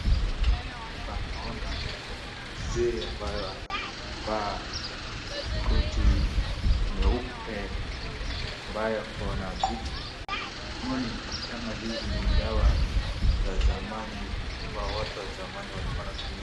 Hapa naona mzee ambaye anavaa koti nyeupe, ambaye kuna vitu. Hiyo ni kama hizi ni dawa za zamani, ambazo watu wa zamani walikuwa wanatumia.